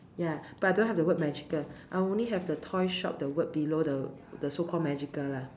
ya but don't have the word magical I only have the toy shop the word below the so call magical lah